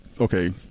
Okay